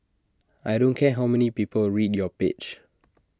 I don't care how many people read your page